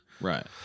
Right